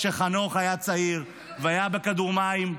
כשחנוך היה צעיר והיה בכדור מים,